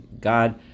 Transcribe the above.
God